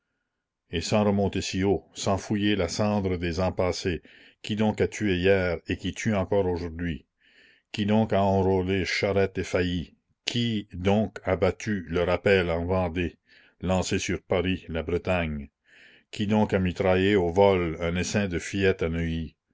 et sans remonter si haut sans fouiller la cendre des ans passés qui donc a tué hier et qui tue encore aujourd'hui qui donc a enrôlé charette et failly qui donc a battu le rappel en vendée lancé sur paris la bretagne qui donc a mitraillé au vol un essaim de fillettes à neuilly